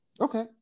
Okay